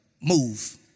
move